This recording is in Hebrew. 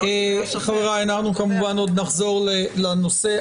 חבריי, אנחנו כמובן עוד נחזור לנושא.